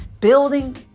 building